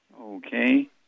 Okay